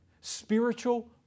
spiritual